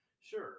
Sure